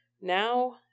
now